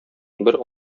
бер